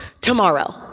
tomorrow